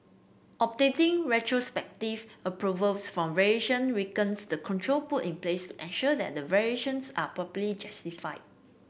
obtaining retrospective approvals for variation weakens the control put in place to ensure that variations are properly justified